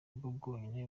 bwonyine